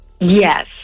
Yes